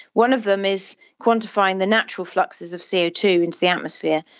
one of them is quantifying the natural fluxes of c o two into the atmosphere,